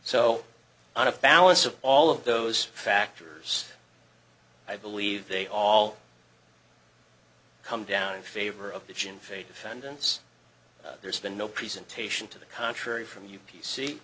so out of balance of all of those factors i believe they all come down in favor of the jim fay defendants there's been no presentation to the contrary from u